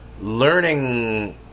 learning